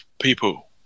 people